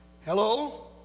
Hello